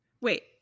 Wait